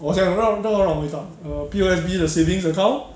我想不到他哪里放 err P_O_S_B 的 savings account